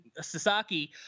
Sasaki